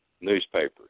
newspapers